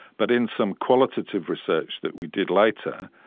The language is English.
but in some qualitative research that we did later,